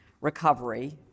recovery